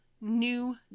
new